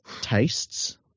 tastes